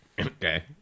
Okay